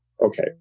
Okay